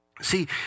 See